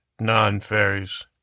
Non-fairies